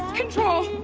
control.